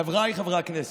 חבריי חברי הכנסת,